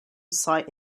site